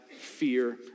fear